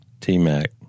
T-Mac